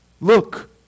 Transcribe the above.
Look